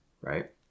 right